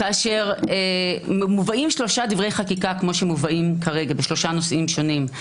כאשר מובאים שלושה דברי חקיקה כמו שמובאים כרגע בשלושה נושאים שונים,